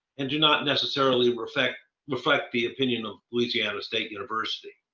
and do not necessarily reflect reflect the opinion of louisiana state university.